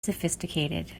sophisticated